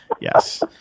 Yes